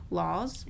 laws